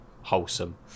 wholesome